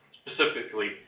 specifically